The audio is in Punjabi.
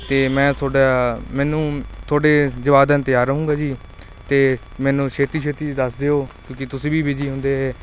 ਅਤੇ ਮੈਂ ਤੁਹਾਡਾ ਮੈਨੂੰ ਤੁਹਾਡੇ ਜਵਾਬ ਦਾ ਇੰਤਜ਼ਾਰ ਰਹੇਗਾ ਜੀ ਅਤੇ ਮੈਨੂੰ ਛੇਤੀ ਛੇਤੀ ਦੱਸ ਦਿਓ ਕਿਉਂਕਿ ਤੁਸੀਂ ਵੀ ਬਿਜੀ ਹੁੰਦੇ